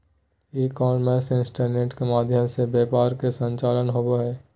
ई commerce internet के माध्यम से व्यापार के संचालन होबा हइ